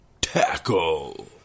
Tackle